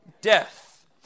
death